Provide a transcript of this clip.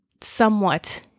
somewhat